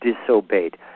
disobeyed